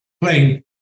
playing